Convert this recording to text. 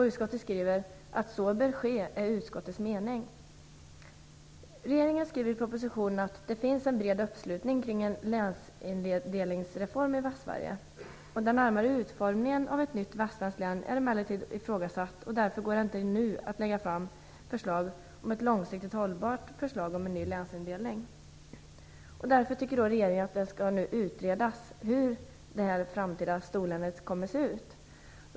Utskottet skriver "att så bör ske är utskottets mening". Regeringen skriver i propositionen: "Det finns en bred uppslutning kring en länsindelningsreform i Västsverige. Den närmare utformningen av ett nytt västsvenskt län är emellertid ifrågasatt och därför går det inte nu att lägga fram ett långsiktigt hållbart förslag om ny länsindelning." Därför tycker regeringen att det nu skall utredas hur det framtida storlänet kommer att se ut.